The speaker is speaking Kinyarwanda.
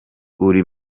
uri